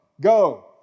Go